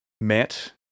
met